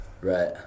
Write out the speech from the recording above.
Right